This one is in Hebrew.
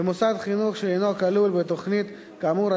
במוסד חינוך שאינו כלול בתוכנית כאמור,